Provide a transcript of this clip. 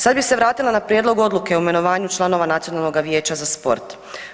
Sad bi se vratila na Prijedlog odluke o imenovanju članova Nacionalnoga vijeća za sport.